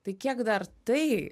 tai kiek dar tai